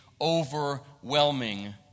overwhelming